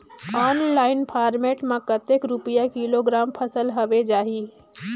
Online market मां कतेक रुपिया किलोग्राम फसल हवे जाही?